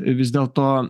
vis dėlto